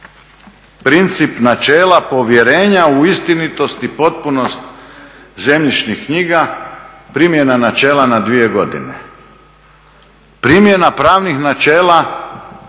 princip načela povjerenja u istinitost i potpunost zemljišnih knjiga, primjena načela na dvije godine. Primjena pravnih načela